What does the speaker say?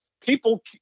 people